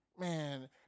man